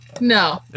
No